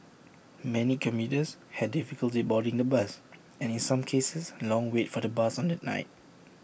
many commuters had difficulty boarding the bus and in some cases long wait for the bus on that night